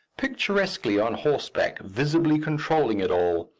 picturesquely on horseback, visibly controlling it all.